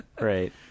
Right